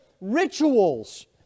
rituals